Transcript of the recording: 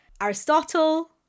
Aristotle